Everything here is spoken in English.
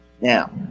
now